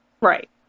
Right